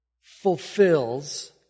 fulfills